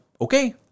okay